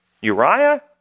Uriah